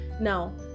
now